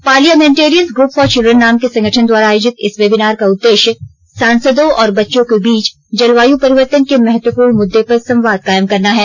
parliamentarians group for children नाम के संगठन द्वारा आयोजित इस वेबिनार का उद्देश्य सांसदों और बच्चों के बीच जलवायु परिवर्तन के महत्वपूर्ण मुद्दे पर संवाद कायम करना है